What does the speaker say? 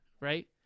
right